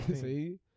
See